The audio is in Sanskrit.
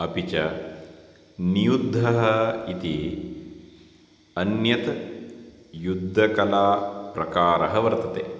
अपि च नियुद्धः इति अन्यत् युद्धकला प्रकारः वर्तते